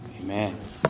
Amen